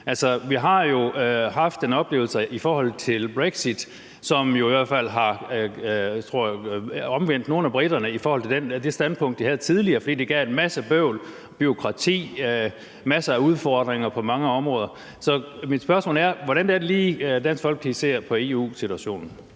vi har jo haft nogle oplevelser i forhold til brexit, som i hvert fald har omvendt nogle af briterne i forhold til det standpunkt, de havde tidligere, fordi det gav en masse bøvl og bureaukrati og en masse udfordringer på mange områder. Så mit spørgsmål er: Hvordan er det lige, at Dansk Folkeparti ser på EU-situationen?